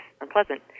unpleasant